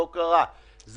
כן, זה